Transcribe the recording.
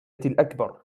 الأكبر